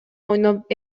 ойноп